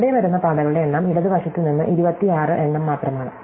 ഇവിടെ വരുന്ന പാതകളുടെ എണ്ണം ഇടത് വശത്ത് നിന്ന് 26 എണ്ണം മാത്രമാണ്